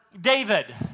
David